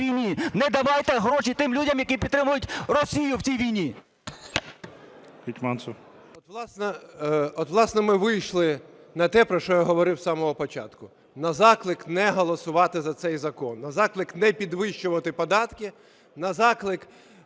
Д.О. Власне, ми вийшли на те, про що я говорив з самого початку – на заклик не голосувати за цей закон, на заклик не підвищувати податки, на заклик,